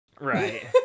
Right